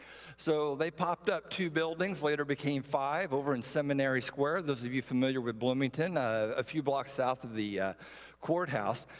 so they popped up two buildings, later became five over in seminary square, those of you familiar with bloomington, a few blocks south of the courthouse.